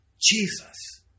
Jesus